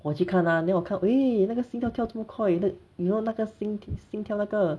我去看啊 then 我看 eh 那个 Singtel 跳这么快 you look you know 那个 Sing~ Singtel 那个